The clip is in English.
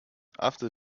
after